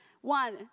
One